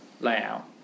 layout